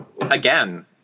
again